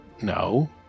No